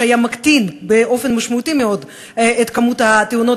שהיה מקטין באופן משמעותי מאוד את כמות תאונות